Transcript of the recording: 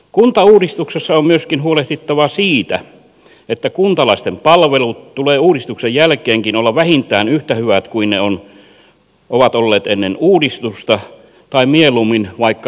kuntauudistuksessa on myöskin huolehdittava siitä että kuntalaisten palveluiden tulee uudistuksen jälkeenkin olla vähintään yhtä hyvät kuin ne ovat olleet ennen uudistusta tai mieluummin vaikka vähän paremmat